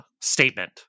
statement